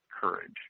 courage